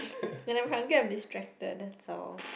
when I'm hungry I'm distracted that's all